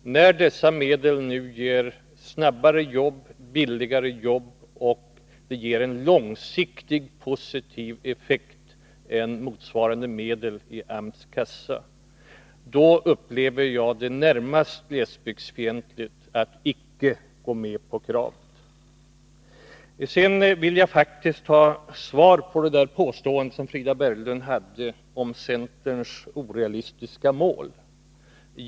Eftersom dessa medel ger jobb snabbare, ger billigare jobb och en långsiktigt mer positiv effekt än motsvarande medel i AMS kassa, upplever jag det som närmast glesbygdsfientligt att icke gå med på kravet. Sedan vill jag faktiskt ha ett klargörande av Frida Berglunds påstående om centerns orealistiska mål.